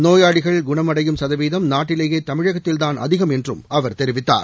நோயாளிகள் குணமடையும் சதவீதம் நாட்டிலேயே தமிழகத்தில்தான் அதிகம் என்றும் அவர் தெரிவித்தார்